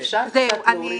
השולחן.